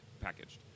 packaged